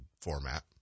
format